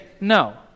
no